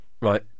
Right